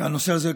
הנושא הזה,